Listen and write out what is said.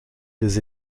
des